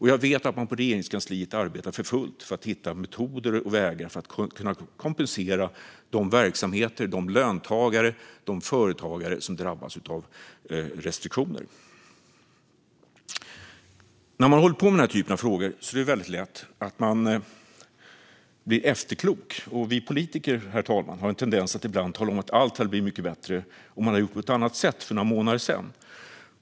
Jag vet att man på Regeringskansliet arbetar för fullt för att hitta metoder och vägar för att kompensera de verksamheter, löntagare och företagare som drabbas av restriktioner. När man håller på med den här typen av frågor är det lätt att vara efterklok. Vi politiker, herr talman, har ibland en tendens att tala om att allt hade blivit mycket bättre om man hade gjort på ett annat sätt för några månader sedan.